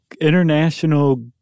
international